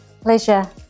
Pleasure